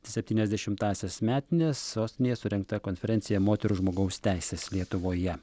septyniasdešimtąsias metines sostinėje surengta konferencija moterų žmogaus teisės lietuvoje